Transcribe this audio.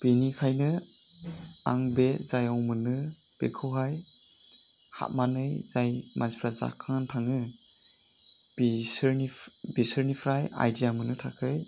बेनिखायनो आं बे जायगायाव मोनो बेखौहाय हाबनानै जाय मानसिफोरा जाखांनानै थाङो बिसोरनि बिसोरनिफ्राय आइदिया मोन्नो थाखाय